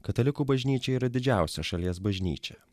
katalikų bažnyčia yra didžiausia šalies bažnyčia